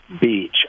beach